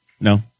No